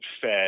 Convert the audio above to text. fed